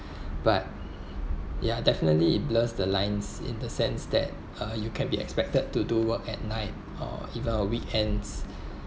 but yeah definitely it blurs the lines in the sense that uh you can be expected to do work at night or even a weekends